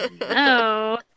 No